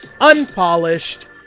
unpolished